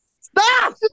Stop